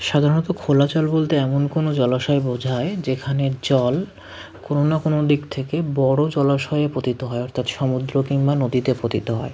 সাধারণত খোলা জল বলতে এমন কোনো জলাশয় বোঝায় যেখানের জল কোনো না কোনো দিক থেকে বড়ো জলাশয়ে পতিত হয় অর্থাৎ সমুদ্র কিংবা নদীতে পতিত হয়